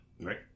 right